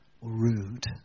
rude